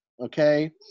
okay